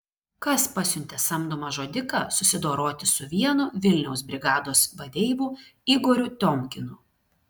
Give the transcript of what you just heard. kas pasiuntė samdomą žudiką susidoroti su vienu vilniaus brigados vadeivų igoriu tiomkinu